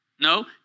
No